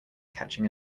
catching